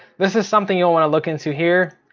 this is something you'll want to look into here.